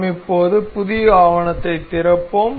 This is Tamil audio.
நாம் இப்போது ஒரு புதிய ஆவணத்தைத் திறப்போம்